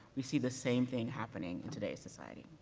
we see the same thing happening in today's society.